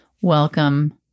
welcome